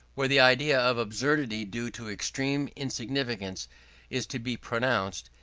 where the idea of absurdity due to extreme insignificance is to be produced,